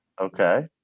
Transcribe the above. Okay